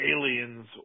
aliens